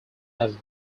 have